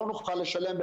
לא היינו נמצאים פה